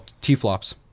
T-flops